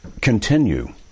Continue